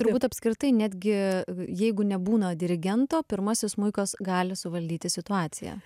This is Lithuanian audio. turbūt apskritai netgi jeigu nebūna dirigento pirmasis smuikas gali suvaldyti situaciją